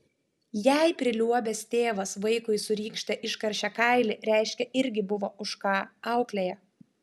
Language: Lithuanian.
jei priliuobęs tėvas vaikui su rykšte iškaršė kailį reiškia irgi buvo už ką auklėja